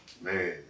Man